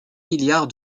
milliard